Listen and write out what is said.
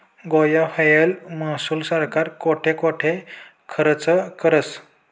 गोया व्हयेल महसूल सरकार कोठे कोठे खरचं करस?